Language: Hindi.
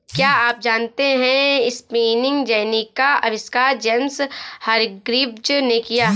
क्या आप जानते है स्पिनिंग जेनी का आविष्कार जेम्स हरग्रीव्ज ने किया?